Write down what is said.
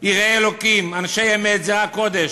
יראי אלוקים, אנשי אמת, זרע קודש,